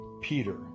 Peter